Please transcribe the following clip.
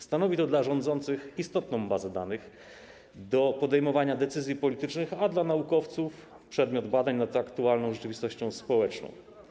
Stanowi to dla rządzących istotną bazę danych wykorzystywaną przy podejmowaniu decyzji politycznych, a dla naukowców przedmiot badań nad aktualną rzeczywistością społeczną.